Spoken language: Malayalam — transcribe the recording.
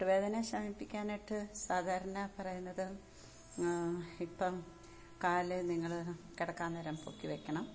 മുട്ടുവേദന ശമിപ്പിക്കാനായിട്ട് സാധാരണ പറയുന്നത് ഇപ്പോള് കാല് നിങ്ങള് കിടക്കാന് നേരം പൊക്കി വെയ്ക്കണം